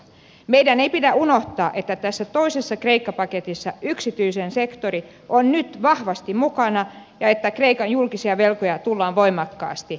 meidän ei pidä unohtaa että tässä toisessa kreikka paketissa yksityinen sektori on nyt vahvasti mukana ja että kreikan julkisia velkoja tullaan voimakkaasti leikkaamaan